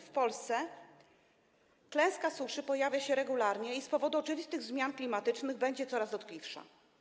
W Polsce klęska suszy pojawia się regularnie i z powodu oczywistych zmian klimatycznych będzie coraz dotkliwsza.